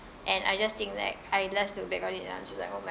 and I just think like I just look back on it lah which is like oh my